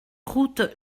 route